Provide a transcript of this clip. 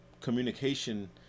communication